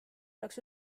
oleks